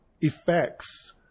effects